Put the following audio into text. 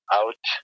out